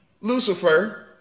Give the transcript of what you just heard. Lucifer